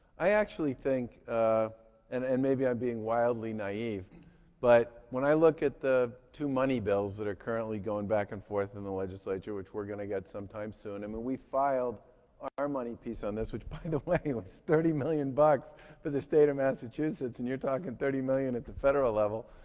i actually think ah and and maybe i'm being wildly naive but when i look at the two money bills that are currently going back and forth in the legislature, which we're going to get sometime soon, and when we filed our money piece on this which by the way, was thirty million but dollars for the state of massachusetts, and you're talking thirty million dollars at the federal level